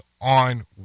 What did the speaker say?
on